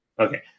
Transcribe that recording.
Okay